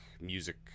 music